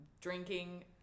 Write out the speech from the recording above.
drinking